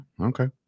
Okay